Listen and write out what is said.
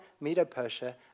Medo-Persia